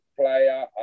player